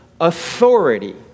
authority